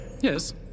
Yes